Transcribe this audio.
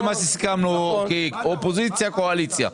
זה מה שסיכמנו כאופוזיציה וקואליציה.